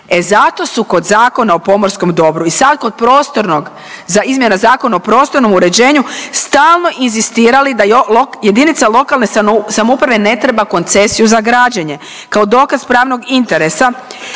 E zato su kod Zakona o pomorskom dobru i sad kod prostornog za izmjene Zakona o prostornom uređenju stalno inzistirali da jedinice lokalne samouprave ne treba koncesiju za građenje kao dokaz pravnog interesa